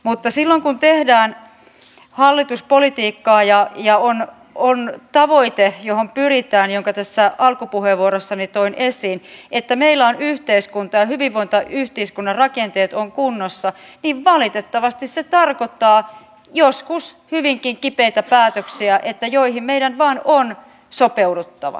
mutta silloin kun tehdään hallituspolitiikkaa ja on tavoite johon pyritään jonka tässä alkupuheenvuorossani toin esiin että meillä on yhteiskunnan ja hyvinvointiyhteiskunnan rakenteet kunnossa niin valitettavasti se tarkoittaa joskus hyvinkin kipeitä päätöksiä joihin meidän vain on sopeuduttava